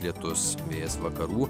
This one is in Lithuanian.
lietus vėjas vakarų